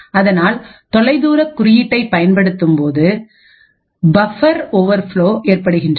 அதனால் தொலைதூர குறியீட்டை பயன்படுத்தும்போது பபார் ஓவர்ஃப்லோ ஏற்பட்டுள்ளது